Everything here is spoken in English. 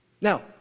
Now